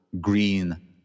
green